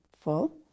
full